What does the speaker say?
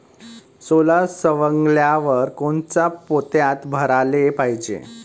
सोला सवंगल्यावर कोनच्या पोत्यात भराले पायजे?